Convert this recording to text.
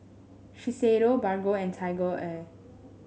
Shiseido Bargo and TigerAir